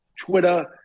Twitter